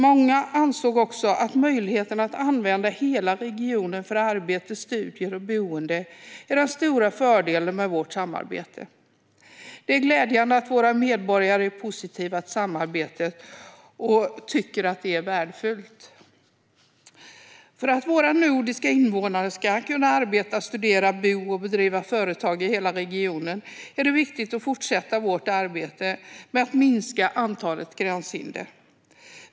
Många ansåg också att möjligheten att använda hela regionen för arbete, studier och boende är den stora fördelen med vårt samarbete. Det är glädjande att våra medborgare är positiva till samarbetet och tycker att det är värdefullt. För att våra nordiska invånare ska kunna arbeta, studera, bo och bedriva företag i hela regionen är det viktigt att fortsätta vårt arbete med att minska antalet gränshinder.